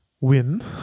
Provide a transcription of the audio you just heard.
Win